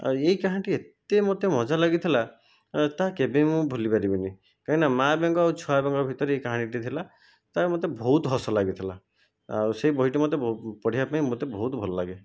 ଆଉ ଏଇ କାହାଣୀଟି ଏତେ ମୋତେ ମଜା ଲାଗିଥିଲା ତାହା କେବେବି ମୁଁ ଭୁଲି ପାରିବିନି କାହିଁକିନା ମାଆ ବେଙ୍ଗ ଆଉ ଛୁଆ ବେଙ୍ଗ ଭିତରେ ଏଇ କାହାଣୀଟି ଥିଲା ତା'ପରେ ମୋତେ ବହୁତ ହସ ଲାଗିଥିଲା ଆଉ ସେ ବହିଟି ମୋତେ ପଢ଼ିବା ପାଇଁ ମୋତେ ବହୁତ ଭଲ ଲାଗେ